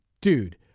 dude